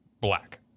black